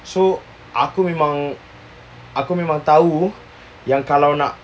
so aku memang aku memang tahu yang kalau nak